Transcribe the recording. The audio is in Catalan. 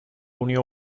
unió